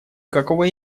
какого